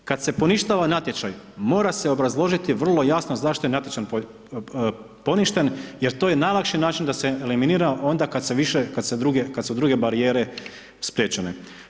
Kad se poništava natječaj mora se obrazložiti vrlo jasno zašto je natječaj poništen, jer to je najlakši način da se eliminira onda kad se, kad su druge barijere spriječene.